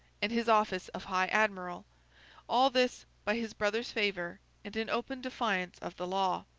and his office of high admiral all this by his brother's favour, and in open defiance of the law.